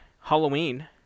Halloween